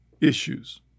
issues